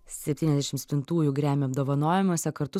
septyniasdešim septintųjų grammy apdovanojimuose kartu